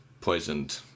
poisoned